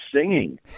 singing